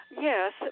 Yes